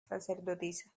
sacerdotisa